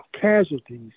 casualties